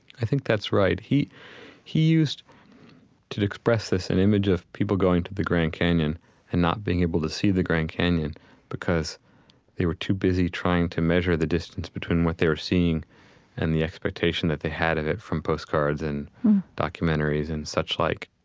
i think that's right. he he used to express this an image of people going to the grand canyon and not being able to see the grand canyon because they were too busy trying to measure the distance between what they were seeing and the expectation that they had of it from postcards and documentaries and such like.